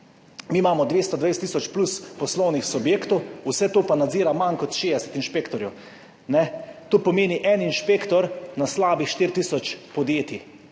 Mi imamo več kot 220 tisoč poslovnih subjektov, vse to pa nadzira manj kot 60 inšpektorjev. To pomeni en inšpektor na slabih štiri